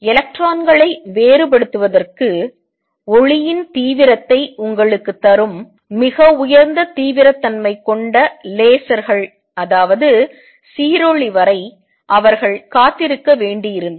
எலக்ட்ரான்களை வேறுபடுத்துவதற்கு ஒளியின் தீவிரத்தை உங்களுக்குத் தரும் மிக உயர்ந்த தீவிரத்தன்மை கொண்ட லேசர்கள் சீரொளி வரை அவர்கள் காத்திருக்க வேண்டியிருந்தது